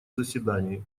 заседании